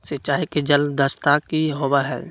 सिंचाई के जल दक्षता कि होवय हैय?